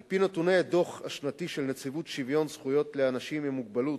על-פי נתוני הדוח השנתי של נציבות שוויון זכויות לאנשים עם מוגבלות,